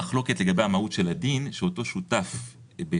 גוף שקוף.